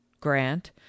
Grant